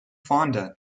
fonda